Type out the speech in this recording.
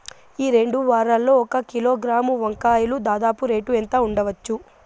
ఈ రెండు వారాల్లో ఒక కిలోగ్రాము వంకాయలు దాదాపు రేటు ఎంత ఉండచ్చు?